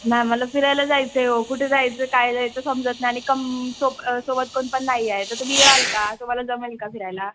ना मला फिरायला जायचंय ओ कुठं जायचं काय जायचं समजत नाही आणि कम सो सोबत कोणी पण नाही आहे तर तुम्ही याल का तुम्हाला जमेल का फिरायला